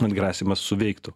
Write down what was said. atgrasymas suveiktų